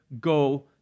go